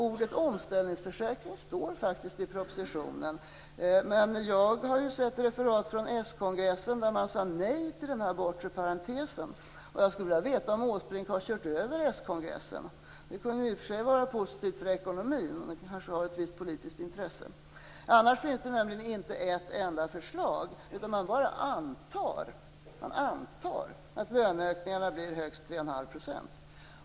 Ordet omställningsförsäkring står faktiskt i propositionen, men jag har sett referat från s-kongressen där man sade nej till den bortre parentesen. Har Åsbrink kört över kongressen? Det kunde ju i och för sig vara positivt för ekonomin, och kanske ha ett visst politiskt intresse. Annars finns inte ett enda förslag, utan man bara antar att löneökningarna blir högst 3,5 %.